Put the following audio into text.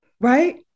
right